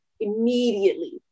immediately